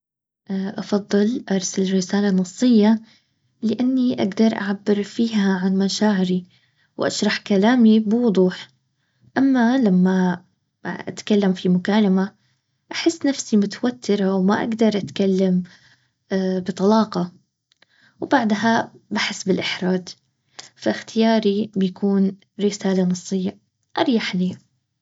افضل ارسل رسالة نصيه لاني اقدر اعبر فيها عن مشاعري واشرح كلامي بوضوح. اما لما اتكلم في مكالمة احس نفسي متوترة وما اقدر اتكلم بطلاقة. وبعدها بالاحراج. فاختياري بيكون رسالة نصية.اريح لي